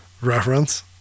reference